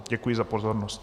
Děkuji za pozornost.